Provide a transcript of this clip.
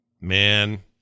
man